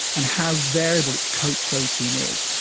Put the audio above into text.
and how variable its coat protein is.